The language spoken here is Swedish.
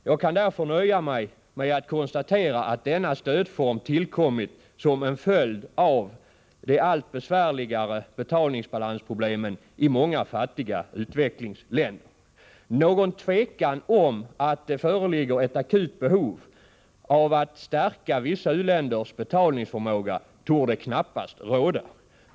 Jag kan därför nöja mig med att konstatera att denna stödform tillkommit som en följd av de allt besvärligare betalnings balansproblemen i många fattiga utvecklingsländer. Någon tvekan om att det föreligger ett akut behov av att stärka vissa u-länders betalningsförmåga torde knappast råda.